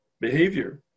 behavior